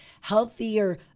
healthier